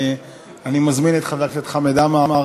אני מזמין את חבר הכנסת חמד עמאר